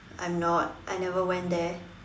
I'm not I never went there